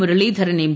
Muraleedharan M